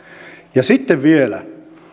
ja sitten vielä